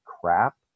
crap